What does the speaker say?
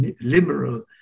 liberal